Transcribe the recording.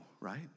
right